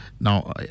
Now